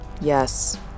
Yes